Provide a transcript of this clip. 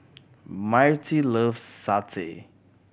Myrtie loves satay